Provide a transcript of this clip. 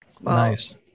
Nice